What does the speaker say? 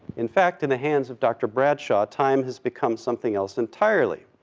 in fact, in the hands of dr. bradshaw, time has become something else entirely.